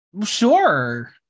Sure